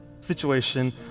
situation